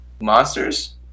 monsters